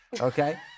Okay